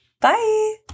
Bye